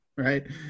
Right